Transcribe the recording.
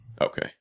Okay